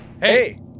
Hey